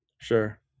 sure